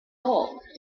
old